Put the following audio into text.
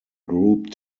group